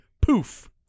poof